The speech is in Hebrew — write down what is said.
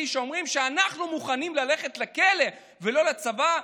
אומרים: אנחנו מוכנים ללכת לכלא ולא לצבא,